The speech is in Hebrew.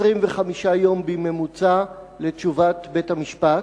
25 יום בממוצע לתשובת בית-המשפט,